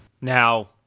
Now